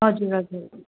हजुर हजुर